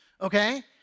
okay